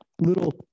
little